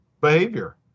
behavior